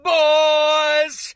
boys